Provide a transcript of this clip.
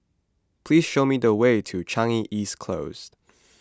please show me the way to Changi East Close